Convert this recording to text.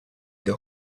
the